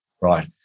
Right